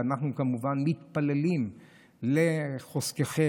אנחנו כמובן מתפללים לחוזקכם,